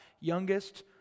youngest